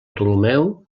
ptolemeu